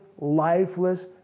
lifeless